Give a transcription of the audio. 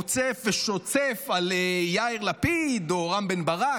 קוצף ושוצף על יאיר לפיד או רם בן ברק,